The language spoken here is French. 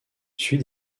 suit